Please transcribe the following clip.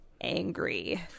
angry